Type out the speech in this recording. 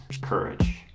courage